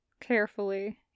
Carefully